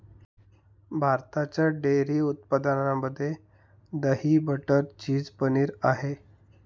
भारताच्या डेअरी उत्पादनामध्ये दही, बटर, चीज, पनीर आहे